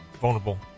vulnerable